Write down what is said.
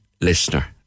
listener